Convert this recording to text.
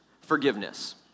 forgiveness